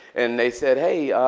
and they said, hey,